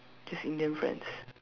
just Indian friends